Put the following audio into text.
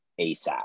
ASAP